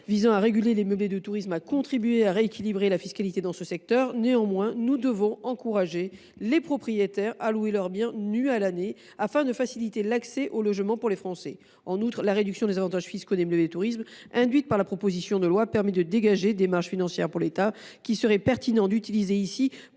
de tourisme à l’échelle locale a contribué à rééquilibrer la fiscalité dans ce secteur. Néanmoins, nous devons encourager les propriétaires à louer leurs biens nus à l’année, afin de faciliter l’accès au logement pour les Français. En outre, la réduction des avantages fiscaux des meublés touristiques induite par la loi susdite permet de dégager des marges financières pour l’État, qu’il serait pertinent d’utiliser